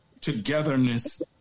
togetherness